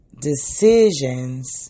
decisions